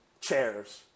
chairs